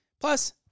Plus